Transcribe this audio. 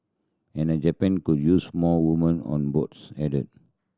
and Japan could use more woman on boards added